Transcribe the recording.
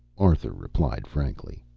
arthur replied frankly.